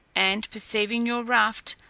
and, perceiving your raft,